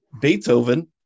Beethoven